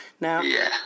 now